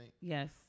Yes